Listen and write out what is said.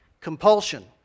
Compulsion